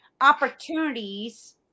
opportunities